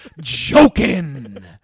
Joking